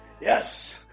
yes